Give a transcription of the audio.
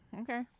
okay